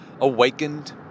awakened